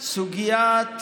סוגיית